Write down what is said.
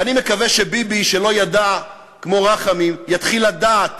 ואני מקווה שביבי, שלא ידע, כמו רחמים, יתחיל לדעת